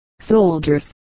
Soldiers